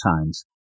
times